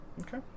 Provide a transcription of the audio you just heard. Okay